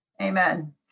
Amen